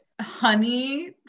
honey